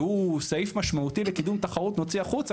שהוא סעיף משמעותי לקידום תחרות נוציא החוצה,